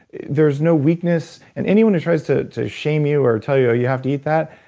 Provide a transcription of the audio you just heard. there's no weakness. and anyone who tries to to shame you or tell you, oh, you have to eat that,